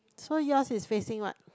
so yours is facing what